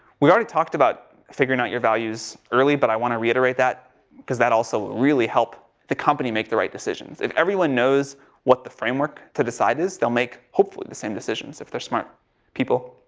we already talked about figuring out your values early, but i want to reiterate that because that also really help the company make the right decisions. if everyone knows what the framework to decide is. they'll make hopeful the same decisions if they're smart people.